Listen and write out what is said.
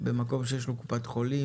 במקום שיש לו קופת-חולים,